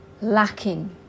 lacking